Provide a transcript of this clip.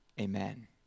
Amen